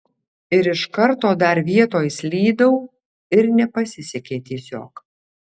ir iš karto dar vietoj slydau ir nepasisekė tiesiog